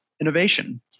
innovation